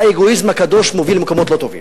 האגואיזם הקדוש מוביל למקומות לא טובים.